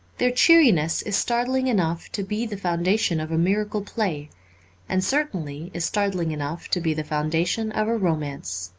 their cheeriness is startling enough to be the foundation of a miracle play and certainly is startling enough to be the foundation of a romance.